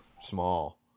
small